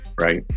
right